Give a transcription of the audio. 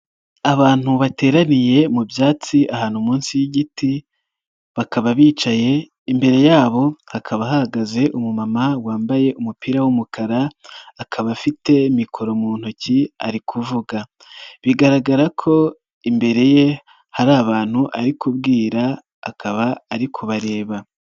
Abantu bateraniye mu byatsi ahantu munsi y'igiti bakaba bicaye, imbere yabo hakaba hahagaze umumama wambaye umupira w'umukara akaba afite mikoro mu ntoki ari kuvuga, bigaragara ko imbere ye hari abantu ari kubwira akaba ari kubareba.